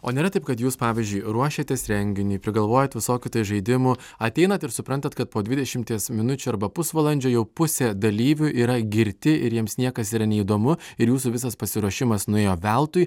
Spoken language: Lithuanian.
o nėra taip kad jūs pavyzdžiui ruošiatės renginiui prigalvojat visokių tai žaidimų ateinat ir suprantat kad po dvidešimties minučių arba pusvalandžio jau pusė dalyvių yra girti ir jiems niekas yra neįdomu ir jūsų visas pasiruošimas nuėjo veltui